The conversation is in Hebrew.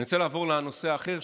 אני רוצה לעבור לנושא האחר,